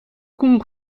koen